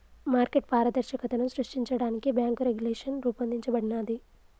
market పారదర్శకతను సృష్టించడానికి bank regulation రూపొందించబడినాది